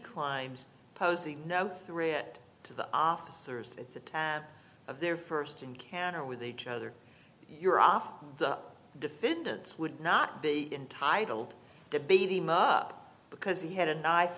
climbs posing no threat to the officers at the time of their first encounter with each other you're off the defendant's would not be entitled to be the mup because he had a knife